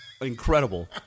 incredible